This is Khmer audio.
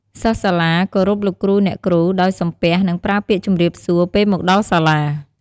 សិស្សសាលាគោរពលោកគ្រូអ្នកគ្រូដោយសំពះ និងប្រើពាក្យជំរាបសួរ ពេលមកដល់សាលា។